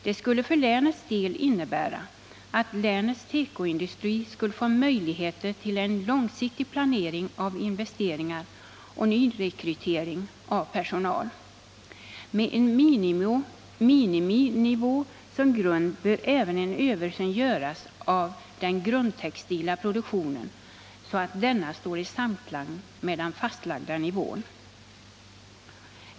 Det skulle för länets del innebära att länets tekoindustri skulle få möjligheter till en långsiktig planering av investeringar och rekrytering av personal. Med en miniminivå som grund bör även en översyn göras av den grundtextila produktionen, så att denna står i samklang med den fastlagda nivån.